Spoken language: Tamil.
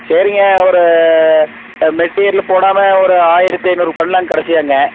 சரிங்க ஒரு மெட்டீரியல் போடாமல் ஒரு ஆயிரத்து ஐநூறுக்கு பண்ணலாங் கடைசியாங்க